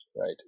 right